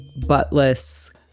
buttless